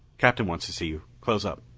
captain wants to see you. close up.